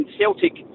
Celtic